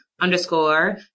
underscore